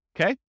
Okay